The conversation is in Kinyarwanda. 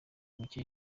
mike